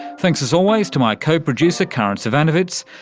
thanks, as always, to my co-producer karin zsivanovits.